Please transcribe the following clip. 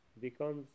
becomes